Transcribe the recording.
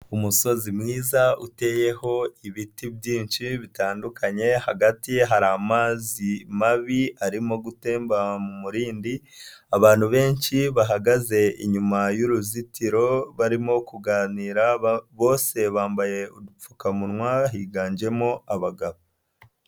Umusozi mwiza uteyeho ibiti byinshi bitandukanye, hagati ye hari amazi mabi arimo gutemba mu muririndi, abantu benshi bahagaze inyuma y'uruzitiro barimo kuganira, bose bambaye udupfukamunwa, higanjemo abagabo.